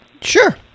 Sure